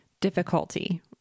difficulty